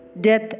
Death